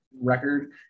record